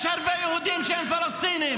יש הרבה יהודים שהם פלסטינים.